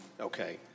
Okay